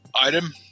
item